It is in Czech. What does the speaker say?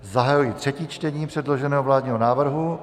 Zahajuji třetí čtení předloženého vládního návrhu.